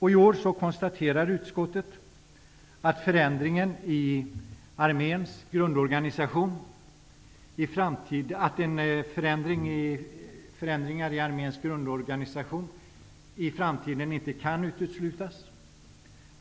I år konstaterar utskottet att förändringar i arméns grundorganisation inte kan uteslutas i framtiden.